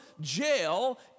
jail